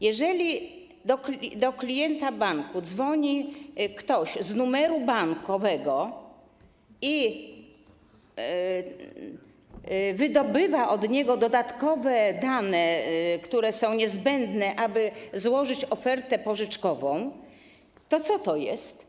Jeżeli do klienta banku dzwoni ktoś z numeru bankowego i wydobywa od niego dodatkowe dane, które są niezbędne, aby złożyć ofertę pożyczkową, to co to jest?